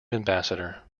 ambassador